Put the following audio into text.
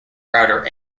router